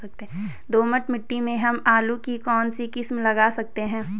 दोमट मिट्टी में हम आलू की कौन सी किस्म लगा सकते हैं?